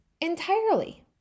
entirely